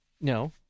No